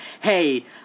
hey